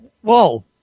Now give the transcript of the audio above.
whoa